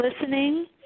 listening